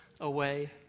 away